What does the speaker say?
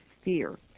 fear